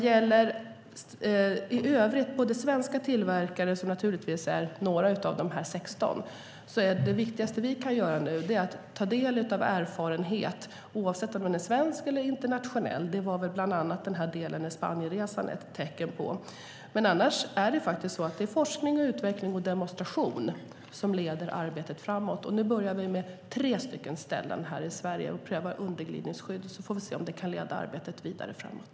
I övrigt - svenska tillverkare är naturligtvis några av de här 16 - är det viktigaste vi kan göra nu att ta del av erfarenhet, oavsett om den är svensk eller internationell. Det var väl bland annat den här delen med Spanienresan ett tecken på. Annars är det faktiskt så att det är forskning och utveckling och demonstration som leder arbetet framåt. Och nu börjar vi med tre ställen här i Sverige och prövar underglidningsskydd, och så får vi se om det kan leda arbetet vidare framåt.